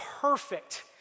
perfect